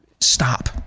Stop